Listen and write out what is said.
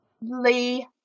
Lee